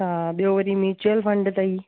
हा ॿियो वरी म्यूचुअल फंड अथई